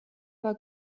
war